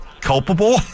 Culpable